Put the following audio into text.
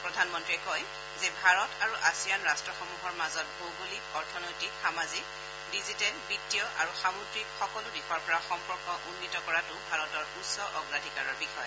প্ৰধানমন্তীয়ে কয় যে ভাৰত আৰু আছিয়ান ৰাষ্ট্ৰসমূহৰ মাজত ভৌগোলিক অৰ্থনৈতিক সামাজিক ডিজিটেল বিগ্তীয় আৰু সামুদ্ৰিক সকলো দিশৰ পৰা সম্পৰ্ক উন্নীত কৰাটো ভাৰতৰ উচ্চ অগ্ৰাধিকাৰৰ বিষয়